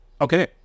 Okay